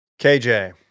KJ